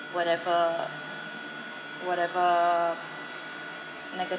whatever whatever